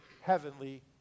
heavenly